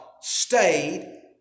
stayed